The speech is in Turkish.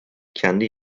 kendi